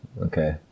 okay